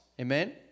amen